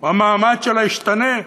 או המעמד שלה ישתנה.